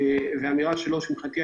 כולל אמירה שלו שתהיה